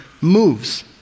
moves